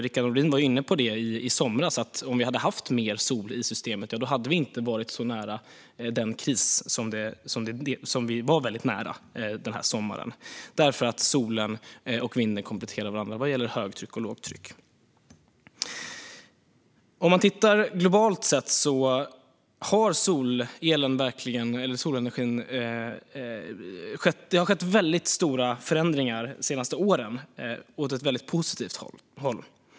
Rickard Nordin var inne på detta: Om vi hade haft mer sol i systemet hade vi inte varit så nära en kris den gångna sommaren. Solen och vinden kompletterar ju varandra vad gäller högtryck och lågtryck. Globalt sett har det skett väldigt stora förändringar i positiv riktning när det gäller solenergi under de senaste åren.